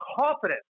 confidence